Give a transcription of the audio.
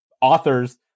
authors